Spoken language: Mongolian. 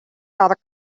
дарга